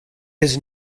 his